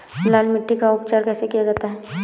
लाल मिट्टी का उपचार कैसे किया जाता है?